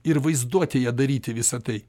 ir vaizduotėje daryti visa tai